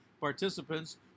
participants